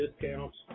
discounts